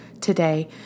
today